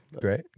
great